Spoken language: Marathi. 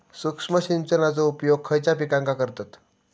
सूक्ष्म सिंचनाचो उपयोग खयच्या पिकांका करतत?